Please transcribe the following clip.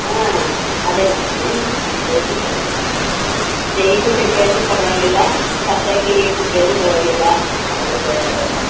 ಹಾಂ ಅದೇ ನಮ್ಮ ಮನೆ ಅಲ್ಲಿ ತೋರ್ಸ್ರೆ ಸಾಕಪ್ಪ ಕೇಳಿದ್ರು ಪರವಾಗಿಲ್ಲ ಸಪ್ತಗಿರಿ ಅಂತಲು ಕೇಳಿದ್ರು ಪರವಾಗಿಲ್ಲ ಯಾರಾದ್ರೂ ತೋರಿಸ್ತಾರಪ್ಪ